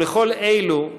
ולכל אלו,